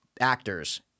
actors